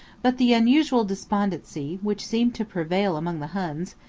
but the unusual despondency, which seemed to prevail among the huns,